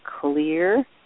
clear